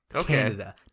Canada